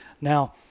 Now